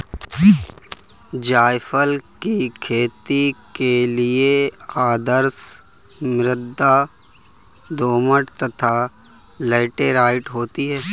जायफल की खेती के लिए आदर्श मृदा दोमट तथा लैटेराइट होती है